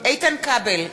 איתן כבל,